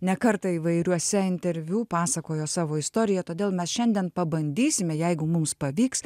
ne kartą įvairiuose interviu pasakojo savo istoriją todėl mes šiandien pabandysime jeigu mums pavyks